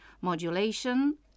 modulation